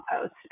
post